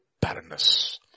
barrenness